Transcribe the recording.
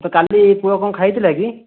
ତ କାଲି ପୁଅ କ'ଣ ଖାଇଥିଲା କି